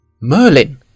Merlin